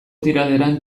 tiraderan